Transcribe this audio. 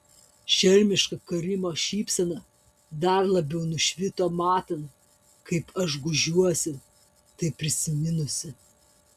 šelmiška karimo šypsena dar labiau nušvito matant kaip aš gūžiuosi tai prisiminusi